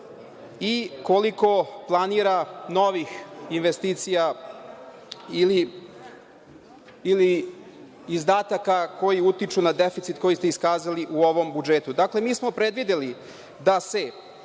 i koliko planira novih investicija ili izdataka koji utiču na deficit koji ste iskazali u ovom budžetu. Dakle, mi smo predvideli da se